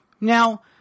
Now